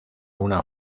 una